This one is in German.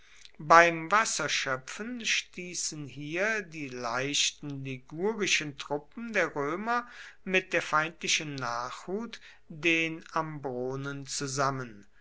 beim wasserschöpfen stießen hier die leichten ligurischen truppen der römer mit der feindlichen nachhut den ambronen zusammen